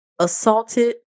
assaulted